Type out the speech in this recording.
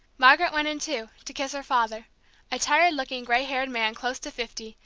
margaret went in, too, to kiss her father a tired-looking, gray haired man close to fifty,